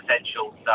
essential